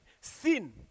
Sin